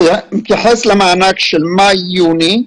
מתייחס למענק של מאי-יוני.